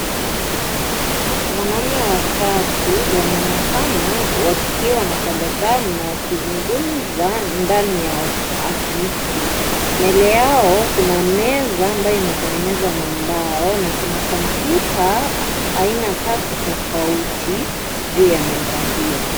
Wanaume watatu wanaonekana wakiwa na tabasamu na wakizungumza ndani ya ofisi mbele yao kuna meza ambayo imetengenezwa na mbao na kuna komputa aina tatu tofauti juu ya meza hiyo.